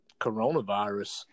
coronavirus